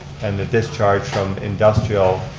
and the discharge from industrial